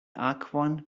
akvon